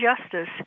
justice